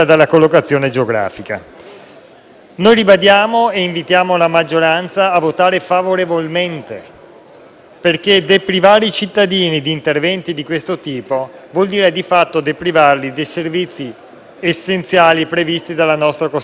Noi ribadiamo l'invito alla maggioranza a votare favorevolmente, perché deprivare i cittadini di interventi di questo tipo vuol dire di fatto deprivarli di servizi essenziali previsti dalla nostra Costituzione.